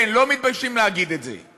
כן, לא מתביישים להגיד את זה.